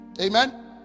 Amen